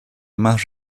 más